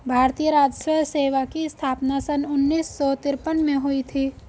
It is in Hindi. भारतीय राजस्व सेवा की स्थापना सन उन्नीस सौ तिरपन में हुई थी